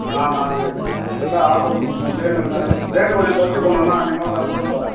நான் நான் உன்னுக்கிட்ட ஆர்ட்ரு கொடுக்கும்போதே எனக்கு நல்ல ரேட்டு கொஞ்சம் குறைச்சு போட்ணா அண்ணா நீ பாட்டுல போடுறப்போற